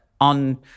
on